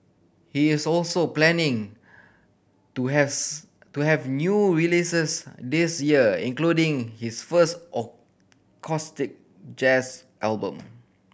he is also planning to has to have new releases this year including his first acoustic jazz album